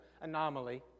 anomaly